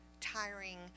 tiring